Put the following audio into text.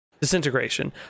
Disintegration